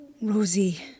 Rosie